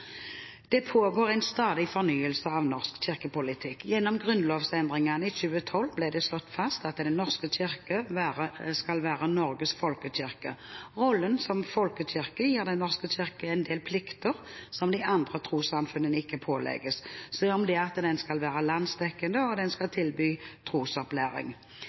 norsk kirkepolitikk. Gjennom grunnlovsendringene i 2012 ble det slått fast at Den norske kirke skal være Norges folkekirke. Rollen som folkekirke gir Den norske kirke en del plikter som de andre trossamfunnene ikke pålegges, som at den skal være landsdekkende, og at den skal tilby trosopplæring.